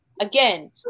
Again